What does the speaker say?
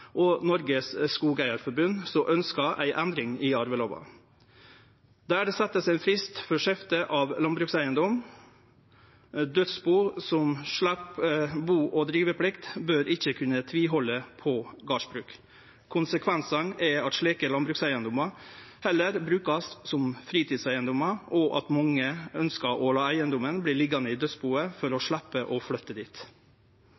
og Norges Skogeierforbund, som ønskjer ei endring i arvelova der det vert sett ein frist for skifte av landbrukseigedom. Dødsbu, som slepp bu- og driveplikt, bør ikkje kunne tvihalde på gardsbruk. Konsekvensane er at slike landbrukseigedomar heller vert brukte som fritidseigedomar, og at mange ønskjer å la eigedomen verte liggjande i dødsbuet for